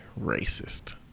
racist